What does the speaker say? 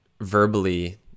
verbally